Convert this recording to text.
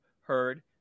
heard